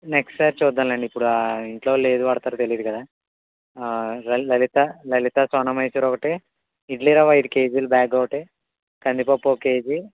next సారి చూద్దాంలెండి ఇప్పుడు ఇంట్లో వాళ్ళు ఏది వాడతారో తెలియదు కదా లలిత లలిత సోనామసూరి ఒకటి ఇడ్లీ రవ్వ ఐదు కేజీలు బ్యాగ్ ఒకటి కంది పప్పు ఒక కేజీ